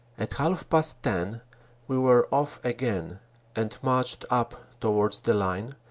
at half past ten we were off again and marched up to vards the line,